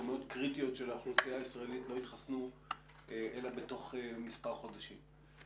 כמויות קריטיות של האוכלוסייה הישראלית לא יתחסנו אלא בתוך מספר חודשים.